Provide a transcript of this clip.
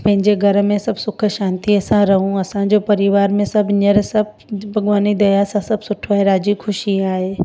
पंहिंजे घर में सभु सुख शांतिअ सां रहूं असांजो परिवार में सभु हीअंर सभु भॻवानु जी दया सां सभु सुठो ऐं राज़ी ख़ुशी आहे